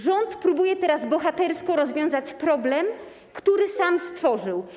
Rząd próbuje teraz bohatersko rozwiązać problem, który sam stworzył.